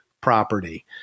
property